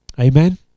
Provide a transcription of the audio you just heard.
amen